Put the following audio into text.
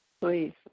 please